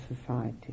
society